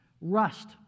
Rust